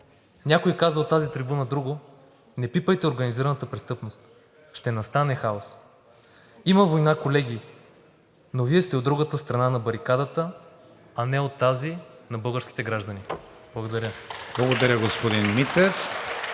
Някой каза от тази трибуна друго: „Не пипайте организираната престъпност, ще настане хаос!“ Има война, колеги, но Вие сте от другата страна на барикадата, а не от тази на българските граждани. Благодаря. (Ръкопляскания от